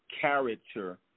character